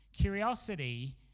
curiosity